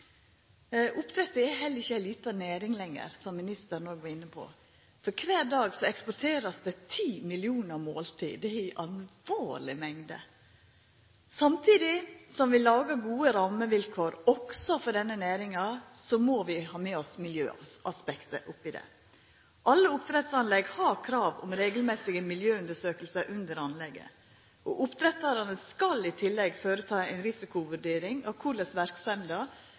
er heller ikkje ei lita næring lenger, som ministeren òg var inne på, for kvar dag vert det eksportert ti millionar måltid – det er ei alvorleg stor mengd. Samtidig som vi lagar gode rammevilkår, òg for denne næringa, må vi ha med oss miljøaspektet i det. Alle oppdrettsanlegg har krav om regelmessige miljøundersøkingar under anlegget. Oppdrettarane skal i tillegg føreta ei risikovurdering av korleis verksemda